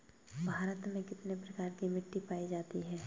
भारत में कितने प्रकार की मिट्टी पायी जाती है?